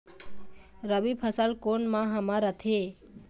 रबी फसल कोन माह म रथे?